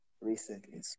recently